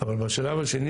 אבל בשלב השני